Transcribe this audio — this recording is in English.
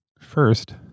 First